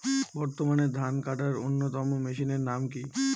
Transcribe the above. বর্তমানে ধান কাটার অন্যতম মেশিনের নাম কি?